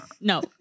No